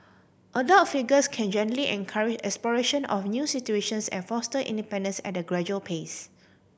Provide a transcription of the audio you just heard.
adult figures can gently encourage exploration of new situations and foster independence at a gradual pace